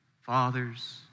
Fathers